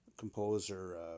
Composer